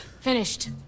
Finished